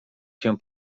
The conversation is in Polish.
się